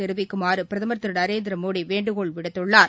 தெரிவிக்குமாறு பிரதம் திரு நரேந்திரமோடி வேண்டுகோள் விடுத்துள்ளார்